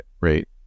rate